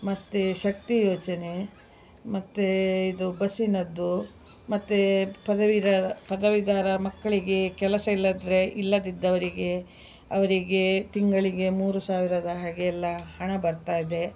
ಮತ್ತು ಶಕ್ತಿ ಯೋಚನೆ ಮತ್ತು ಇದು ಬಸ್ಸಿನದ್ದು ಮತ್ತೆ ಪದವೀಧರ ಪದವೀಧರ ಮಕ್ಕಳಿಗೆ ಕೆಲಸ ಇಲ್ಲದಿದ್ರೆ ಇಲ್ಲದಿದ್ದವರಿಗೆ ಅವರಿಗೆ ತಿಂಗಳಿಗೆ ಮೂರು ಸಾವಿರದ ಹಾಗೆ ಎಲ್ಲ ಹಣ ಬರ್ತಾಯಿದೆ